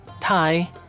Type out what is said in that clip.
Thai